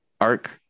ARC